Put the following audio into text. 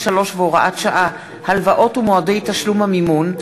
33 והוראת שעה) (הלוואות ומועדי תשלום המימון),